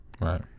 Right